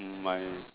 hmm my